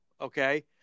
Okay